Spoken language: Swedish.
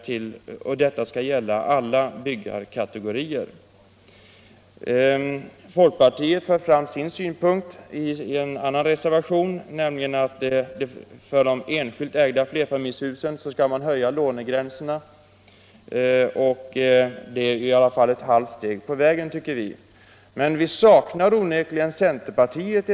Folkpartiet för i en annan reservation fram sin synpunkt, nämligen att man för de enskilt byggda flerfamiljshusen skall höja lånegränserna. Det är i alla fall ett halvt steg på vägen, men vi saknar onekligen centerpartiet.